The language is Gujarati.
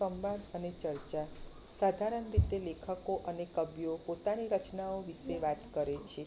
સંવાદ અને ચર્ચા સાધારણ રીતે લેખકો અને કવિઓ પોતાની રચનાઓ વિશે વાત કરે છે